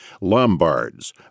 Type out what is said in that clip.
Lombards